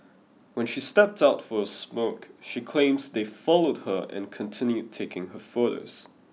when she stepped out for a smoke she claims they followed her and continued taking her photos